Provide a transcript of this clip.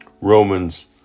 Romans